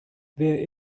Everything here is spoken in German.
wer